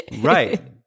Right